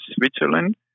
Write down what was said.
Switzerland